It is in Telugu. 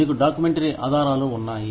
మీకు డాక్యుమెంటరీ ఆధారాలు ఉన్నాయి